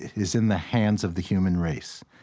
is in the hands of the human race.